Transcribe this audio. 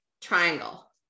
triangle